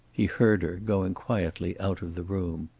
he heard her going quietly out of the room.